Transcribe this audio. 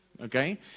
Okay